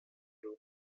home